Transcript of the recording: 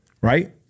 right